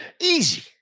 Easy